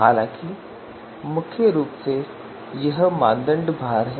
हालांकि मुख्य रूप से यह मानदंड भार है